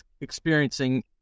experiencing